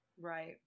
Right